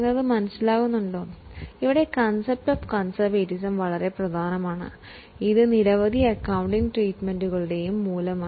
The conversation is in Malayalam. നിരവധി അക്കൌണ്ടിംഗ് പ്രക്രിയകൾക്കു ഒരു മൂലമാകുന്നതിനാൽ കൺസെപ്റ് ഓഫ് കോൺസെർവറ്റിസം വളരെ പ്രധാനപെട്ടതാണ്